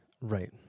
Right